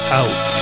out